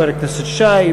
את חבר הכנסת שי,